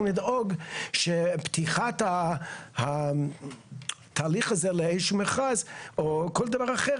לדאוג שפתיחת התהליך הזה לאיזשהו מכרז או כל דבר אחר,